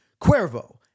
Cuervo